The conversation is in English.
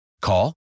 Call